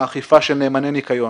אכיפה של נאמני ניקיון.